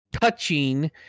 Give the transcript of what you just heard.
touching